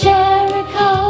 Jericho